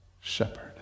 shepherd